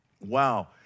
wow